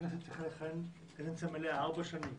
שכנסת צריכה לכהן קדנציה מלאה של ארבע שנים,